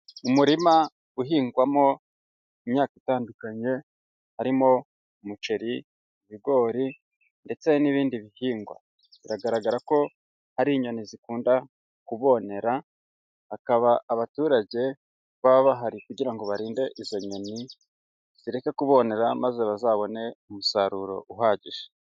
Umurima uhingwamo imyaka itandukanye, harimo umuceri, ibigori ndetse n'ibindi bihingwa, biragaragara ko hari inyoni zikunda kubonera, hakaba abaturage baba bahari kugira ngo barinde izo nyoni zireke kubonera maze bazabone umusaruro uhagije.